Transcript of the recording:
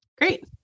Great